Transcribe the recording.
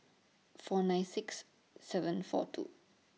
four nine six seven four two